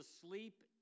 sleep